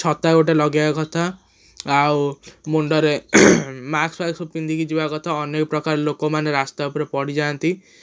ଛତା ଗୋଟେ ଲଗାଇବା କଥା ଆଉ ମୁଣ୍ଡରେ ମାକ୍ସ ଫାକ୍ସ ସବୁ ପିନ୍ଧିକି ଯିବା କଥା ଅନେକ ପ୍ରକାର ଲୋକମାନେ ରାସ୍ତା ଉପରେ ପଡ଼ିଯାଆନ୍ତି